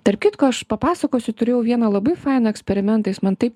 tarp kitko aš papasakosiu turėjau vieną labai fainą eksperimentą jis man taip